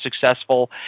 successful